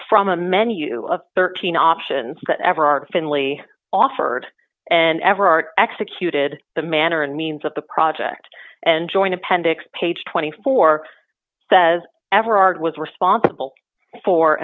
from a menu of thirteen options that ever are finlay offered and ever are executed the manner and means of the project and joint appendix page twenty four says ever art was responsible for